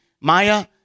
Maya